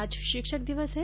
आज शिक्षक दिवस है